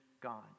God